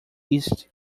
east